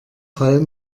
fall